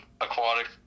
aquatic